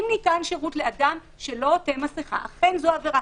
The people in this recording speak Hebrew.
אם ניתן שירות לאדם שלא עוטה מסיכה זו עבירה.